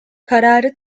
kararı